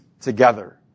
together